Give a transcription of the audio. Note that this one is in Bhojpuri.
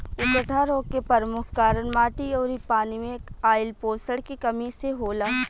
उकठा रोग के परमुख कारन माटी अउरी पानी मे आइल पोषण के कमी से होला